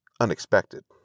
unexpected